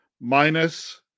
Minus